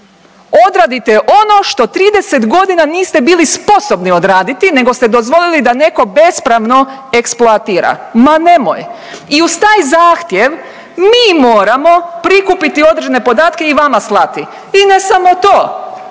odradite ono što 30.g. niste bili sposobni odraditi nego ste dozvolili da neko bespravno eksploatira, ma nemoj? I uz taj zahtjev mi moramo prikupiti određene podatke i vama slati i ne samo to,